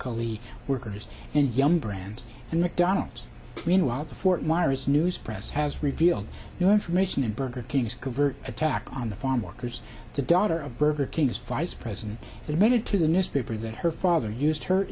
the workers in young brands and mcdonald's meanwhile the fort myers news press has revealed your information and burger king is convert attack on the farm workers to daughter of burger kings vice president he made it to the newspaper that her father used her